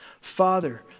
Father